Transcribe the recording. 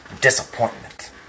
disappointment